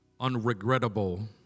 Unregrettable